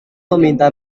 meminta